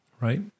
right